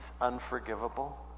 unforgivable